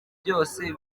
byose